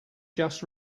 just